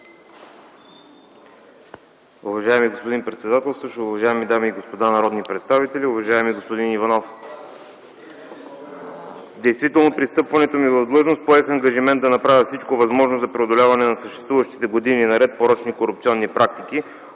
Уважаеми господин председателстващ, уважаеми дами и господа народни представители! Уважаеми господин Иванов, действително при встъпването ми в длъжност поех ангажимент да направя всичко възможно за преодоляване на съществуващите години наред порочни корупционни практики,